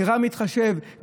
נראה מתחשב,